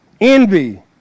envy